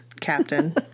Captain